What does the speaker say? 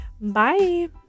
Bye